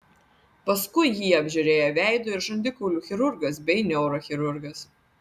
paskui jį apžiūrėjo veido ir žandikaulių chirurgas bei neurochirurgas